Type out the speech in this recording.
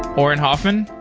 auren hoffman,